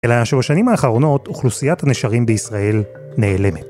אלא שבשנים האחרונות אוכלוסיית הנשרים בישראל נעלמת.